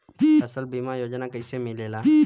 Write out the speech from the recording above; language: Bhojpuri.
फसल बीमा योजना कैसे मिलेला?